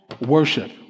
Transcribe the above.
worship